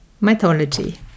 mythology